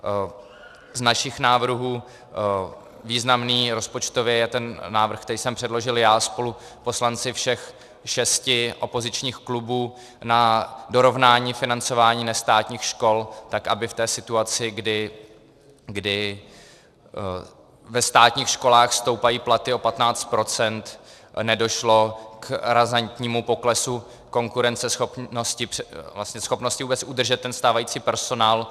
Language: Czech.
Z našich návrhů významný rozpočtově je ten návrh, který jsem předložil já spolu s poslanci všech šesti opozičních klubů na dorovnání financování nestátních škol, tak aby v té situaci, kdy ve státních školách stoupají platy o 15 %, nedošlo k razantnímu poklesu konkurenceschopnosti, vlastně schopnosti vůbec udržet stávající personál.